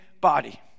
body